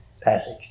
passage